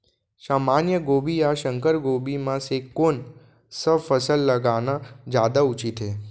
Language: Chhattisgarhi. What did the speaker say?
सामान्य गोभी या संकर गोभी म से कोन स फसल लगाना जादा उचित हे?